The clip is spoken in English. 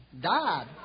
died